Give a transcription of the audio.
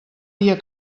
dia